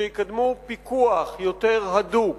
שיקדמו פיקוח יותר הדוק,